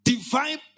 Divine